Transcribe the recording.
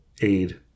aid